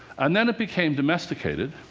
and then it became domesticated,